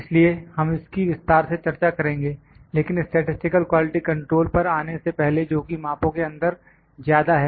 इसलिए हम इसकी विस्तार से चर्चा करेंगे लेकिन स्टैटिसटिकल क्वालिटी कंट्रोल पर आने से पहले जोकि मापों के अंदर ज्यादा है